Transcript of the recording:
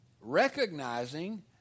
recognizing